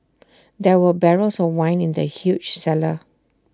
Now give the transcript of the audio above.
there were barrels of wine in the huge cellar